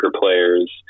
players